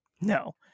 no